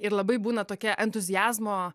ir labai būna tokie entuziazmo